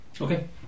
okay